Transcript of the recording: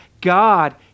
God